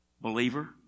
Believer